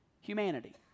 humanity